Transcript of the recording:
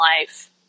life